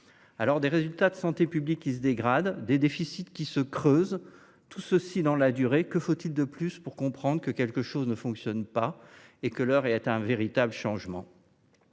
Des résultats de santé publique qui se dégradent, des déficits qui se creusent, tout cela dans la durée : que faut il de plus pour comprendre que quelque chose ne fonctionne pas et que l’heure est à un véritable changement ?